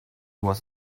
was